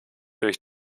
durch